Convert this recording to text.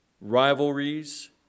rivalries